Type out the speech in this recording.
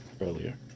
earlier